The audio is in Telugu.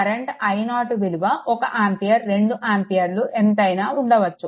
కరెంట్ i0 విలువ 1 ఆంపియర్ 2 ఆంపియర్లు ఎంతైనా ఉండవచ్చు